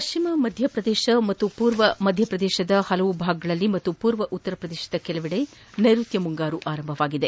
ು ಮಧ್ಯಪ್ರದೇಶ ಪಾಗೂ ಪೂರ್ವ ಮಧ್ಯಪ್ರದೇಶದ ಪಲವು ಭಾಗಗಳಲ್ಲಿ ಮತ್ತು ಪೂರ್ವ ಉತ್ತರ ಪ್ರದೇಶದ ಕೆಲವೆಡೆಗಳಲ್ಲಿ ನೈರುತ್ತ ಮುಂಗಾರು ಆರಂಭವಾಗಿವೆ